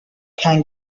can